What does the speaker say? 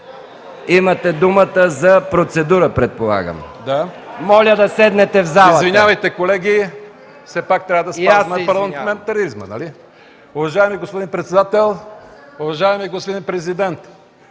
имате думата за процедура, предполагам. КРАСИМИР ВЕЛЧЕВ (ГЕРБ): Извинявайте, колеги! Все пак трябва да спазваме парламентаризма, нали? Уважаеми господин председател, уважаеми господин президент,